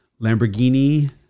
lamborghini